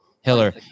Hiller